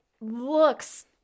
looks